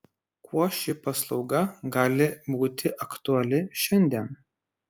kuo ši paslauga gali būti aktuali šiandien